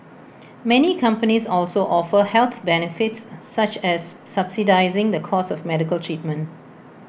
many companies also offer health benefits such as subsidising the cost of medical treatment